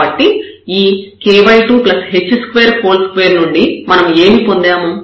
కాబట్టి ఈ k2h22 నుండి మనం ఏమి పొందాము